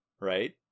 right